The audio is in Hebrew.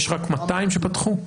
יש רק 200 שפתחו?